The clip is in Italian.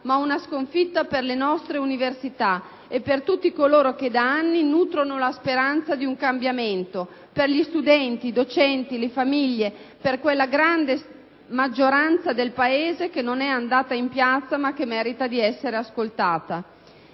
vi parla, ma per le nostre università e per tutti coloro che da anni nutrono la speranza di un cambiamento; per gli studenti, i docenti, le famiglie; per quella grande maggioranza del Paese che non è andata in piazza, ma che merita di essere ascoltata.